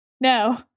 No